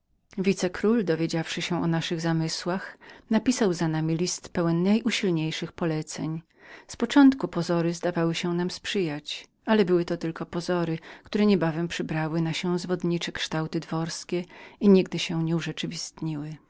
madrytu wice król dowiedziawszy się o naszych zamysłach napisał za nami list pełen najusilniejszych poleceń z początku pozory zdawały się nam sprzyjać ale były to tylko pozory które niebawem przybrały na się zwodnicze kształty dworskie i nigdy nie urzeczywistniły